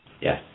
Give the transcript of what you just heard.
Yes